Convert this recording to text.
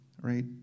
right